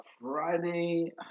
Friday